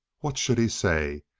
what should he say?